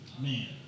Man